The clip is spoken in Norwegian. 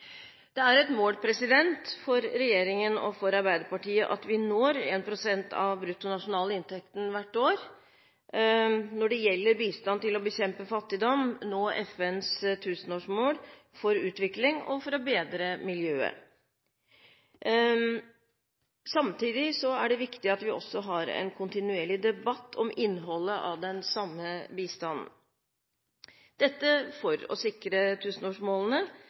Det er et mål for regjeringen og for Arbeiderpartiet at vi når 1 pst. av bruttonasjonalinntekten hvert år når det gjelder bistand til å bekjempe fattigdom, nå FNs tusenårsmål for utvikling og for å bedre miljøet. Samtidig er det viktig at vi også har en kontinuerlig debatt om innholdet av den samme bistanden – dette for å sikre tusenårsmålene,